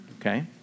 Okay